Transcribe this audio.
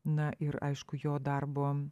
na ir aišku jo darbo